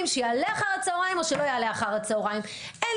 שיעלה אחר הצוהריים או שלא יעלה אחר הצוהריים.